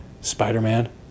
Spider-Man